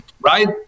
Right